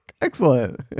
excellent